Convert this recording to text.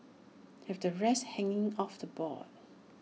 have the rest hanging off the board